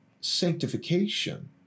sanctification